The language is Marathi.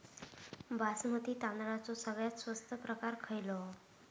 बासमती तांदळाचो सगळ्यात स्वस्त प्रकार खयलो?